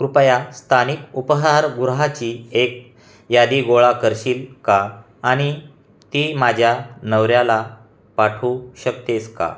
कृपया स्थानिक उपाहारगृहाची एक यादी गोळा करशील का आणि ती माझ्या नवऱ्याला पाठवू शकतेस का